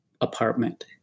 apartment